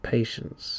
Patience